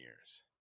years